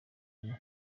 n’amwe